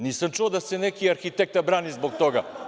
Nisam čuo da se neki arhitekta brani zbog toga.